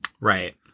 right